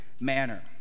manner